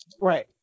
Right